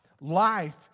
life